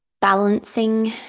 balancing